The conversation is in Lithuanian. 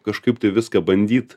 kažkaip tai viską bandyt